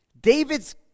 David's